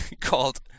called